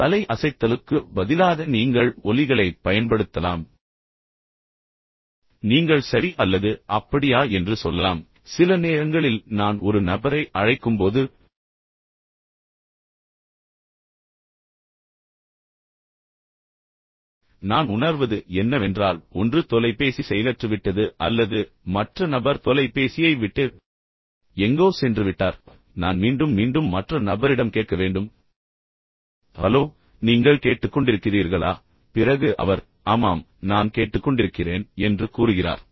எனவே தலை அசைத்தலுக்கு பதிலாக நீங்கள் ஒலிகளைப் பயன்படுத்தலாம் ம்ம் அல்லது நீங்கள் சரி என்று சொல்லலாம் அல்லது அப்படியா என்று சொல்லலாம் இப்போது சில நேரங்களில் நான் ஒரு நபரை அழைக்கும்போது நான் உணர்வது என்னவென்றால் ஒன்று தொலைபேசி செயலற்றுவிட்டது அல்லது மற்ற நபர் தொலைபேசியை விட்டு எங்கோ சென்றுவிட்டார் பின்னர் நான் மீண்டும் மீண்டும் மற்ற நபரிடம் கேட்க வேண்டும் ஹலோ நீங்கள் கேட்டுக்கொண்டிருக்கிறீர்களா பிறகு அவர் ஆமாம் நான் கேட்டுக்கொண்டிருக்கிறேன் என்று கூறுகிறார்